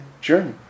journey